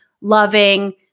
loving